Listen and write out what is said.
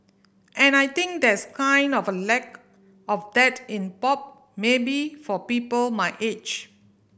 and I think there's kind of a lack of that in pop maybe for people my age